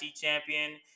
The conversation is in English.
champion